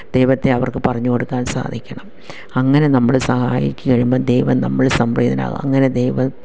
ദൈവത്തെ അവർക്ക് പറഞ്ഞുകൊടുക്കാൻ സാധിക്കണം അങ്ങനെ നമ്മള് സഹായിച്ചു കഴിയുമ്പോൾ ദൈവം നമ്മള് സംപ്രീതനാവും അങ്ങനെ ദൈവ